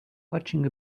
watching